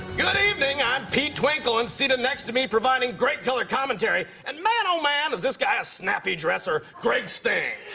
good evening. i'm pete twinkle. and seated next to me, providing great color commentary and, man, oh, man, is this guy a snappy dresser greg stink.